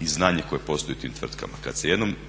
i znanje koje postoji u tim tvrtkama.